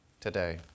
today